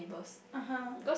(uh huh)